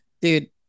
dude